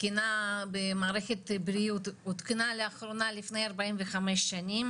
תקינה במערכת הבריאות עודכנה לאחרונה לפני ארבעים וחמש שנים